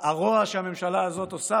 הרוע שהממשלה הזאת עושה,